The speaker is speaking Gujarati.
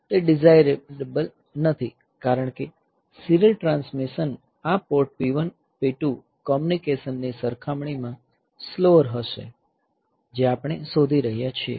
તે ડીઝાયરેબલ નથી કારણકે સીરીયલ ટ્રાન્સમિશન આ પોર્ટ P1 P2 કોમ્યુનિકેશન ની સરખામણીમાં સ્લોઅર હશે જે આપણે શોધી રહ્યા છીએ